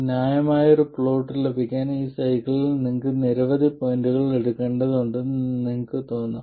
ന്യായമായ ഒരു പ്ലോട്ട് ലഭിക്കാൻ ഈ സൈക്കിളിൽ നിങ്ങൾ നിരവധി പോയിന്റുകൾ എടുക്കേണ്ടതുണ്ടെന്ന് നിങ്ങൾക്ക് തോന്നാം